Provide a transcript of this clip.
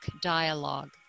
dialogue